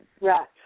Right